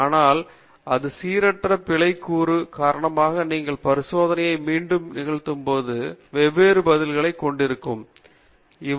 ஆனால் இந்த சீரற்ற பிழைக் கூறு காரணமாக நீங்கள் பரிசோதனைகள் மீண்டும் நிகழும்போது வெவ்வேறு பதில்களைக் கொண்டிருக்கிறீர்கள்